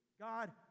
God